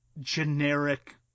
generic